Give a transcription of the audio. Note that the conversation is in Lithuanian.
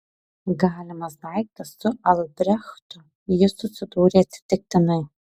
galimas daiktas su albrechtu ji susidūrė atsitiktinai